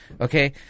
Okay